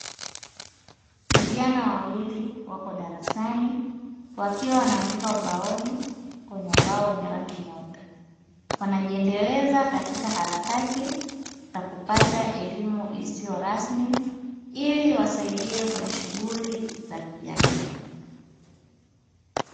Vijana wawili wako darasani wakiwa wanaandika ubaoni, kwenye ubao wenye rangi nyeupe, wanajiendeleza katika harakati za kupata elimu isiyo rasmi, ili iwasaidie kwenye shughuli za kijamii.